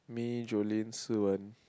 May Jolene Su-wen